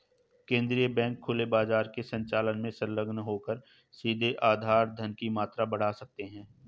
केंद्रीय बैंक खुले बाजार के संचालन में संलग्न होकर सीधे आधार धन की मात्रा बढ़ा सकते हैं